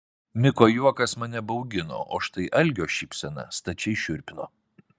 miko juokas mane baugino o štai algio šypsena stačiai šiurpino